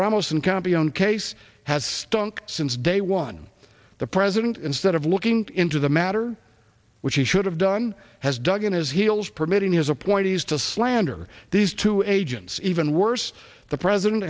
campeon case has stunk since day one the president instead of looking into the matter which he should have done has dug in his heels permitting his appointees to slander these two agents even worse the president